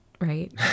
right